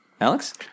Alex